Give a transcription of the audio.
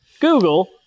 Google